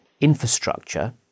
infrastructure